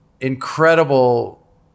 incredible